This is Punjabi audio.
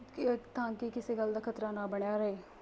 ਤਾਂ ਕਿ ਕਿੱਸੇ ਗੱਲ ਦਾ ਖਤਰਾ ਨਾ ਬਣਿਆ ਰਹੇ ਥ